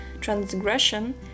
transgression